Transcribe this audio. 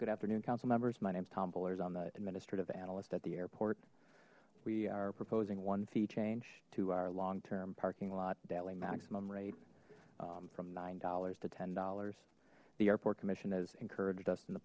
good afternoon council members my name is tom bowlers on the administrative analyst at the airport we are proposing one fee change to our long term parking lot daily maximum rate from nine dollars to ten dollars the airport commission has encouraged us in the